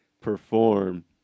perform